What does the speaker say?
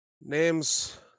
Names